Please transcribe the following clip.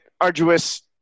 arduous